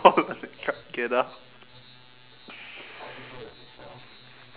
oh they can't get up